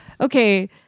Okay